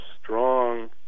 strong